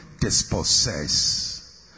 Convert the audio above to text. dispossess